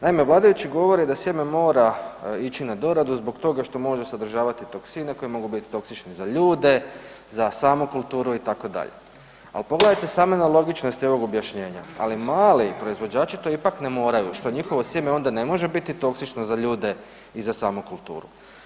Naime, vladajući govore da sjeme mora ići na doradu zbog toga što može sadržavati toksine koji mogu biti toksični za ljude, za samu kulturu itd., ali pogledajte same nelogičnosti ovog objašnjenja, ali mali proizvođači to ipak ne moraju što njihovo sjeme onda ne može biti toksično za ljude i za samu kulturu?